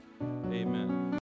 Amen